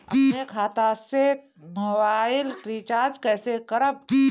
अपने खाता से मोबाइल रिचार्ज कैसे करब?